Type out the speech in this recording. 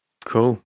cool